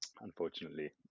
unfortunately